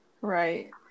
Right